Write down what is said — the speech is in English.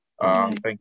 Thank